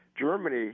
Germany